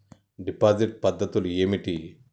Deposit పద్ధతులు ఏమిటి?